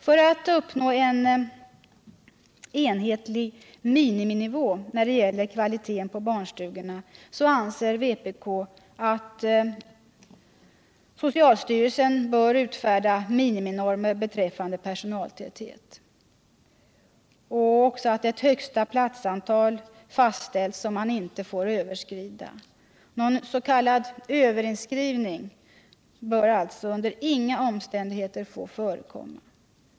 För att uppnå en enhetlig miniminivå när det gäller kvaliteten på barnstugorna anser vpk att socialstyrelsen bör utfärda miniminormer beträffande personaltäthet och att också ett högsta platsantal fastställs, vilket inte får överskridas. Någon s.k. överinskrivning bör alltså under inga omständigheter få förekomma.